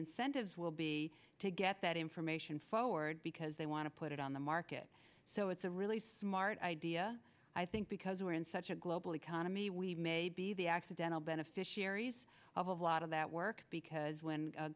incentives will be to get that information forward because they want to put it on the market so it's a really smart idea i think because we're in such a global economy we may be the accidental beneficiaries of a lot of that work because when